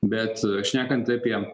bet šnekant apie